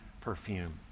perfume